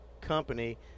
company